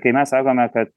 kai mes sakome kad